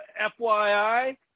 FYI